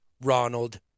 Ronald